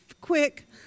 quick